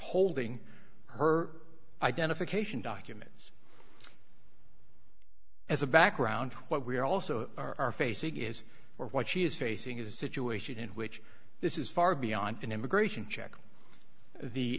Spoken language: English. holding her identification documents as a background what we are also are facing is what she is facing is a situation in which this is far beyond an immigration check the